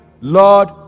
Lord